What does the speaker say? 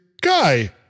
Guy